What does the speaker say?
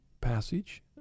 passage